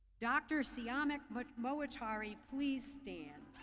dr. syamak but moattari please stand.